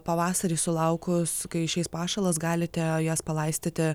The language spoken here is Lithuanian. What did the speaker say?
pavasarį sulaukus kai išeis pašalas galite jas palaistyti